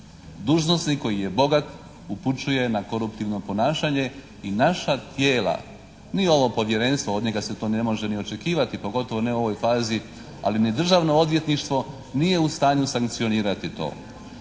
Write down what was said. Dužnosnik koji je boga upućuje na koruptivno ponašanje i naša tijela, nije ovo Povjerenstvo, od njega se to ne može ni očekivati, pogotovo ne u ovoj fazi, ali ni Državno odvjetništvo nije u stanju sankcionirati to.